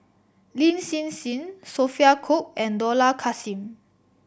Lin Hsin Hsin Sophia Cooke and Dollah Kassim